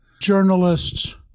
journalists